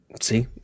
See